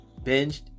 Binged